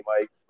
mike